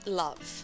love